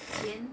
钱